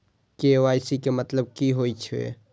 KYC के मतलब कि होई छै?